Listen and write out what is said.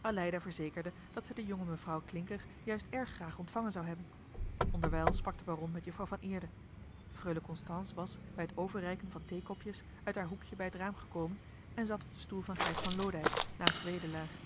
aleida verzekerde dat zij de jonge mevrouw klincker juist erg graag ontvangen zou hebben onderwijl sprak de baron met juffrouw van eerde freule constance was bij het overreiken van theekopjes uit haar hoekje bij het raam gekomen en zat op den stoel van gijs van loodijck naast wedelaar